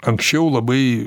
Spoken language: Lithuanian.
anksčiau labai